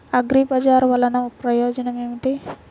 అగ్రిబజార్ వల్లన ప్రయోజనం ఏమిటీ?